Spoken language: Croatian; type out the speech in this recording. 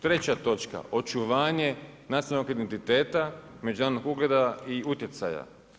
Treća točka očuvanje nacionalnog identiteta, međunarodnog ugleda i utjecaja.